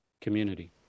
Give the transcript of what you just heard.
community